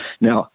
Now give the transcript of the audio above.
Now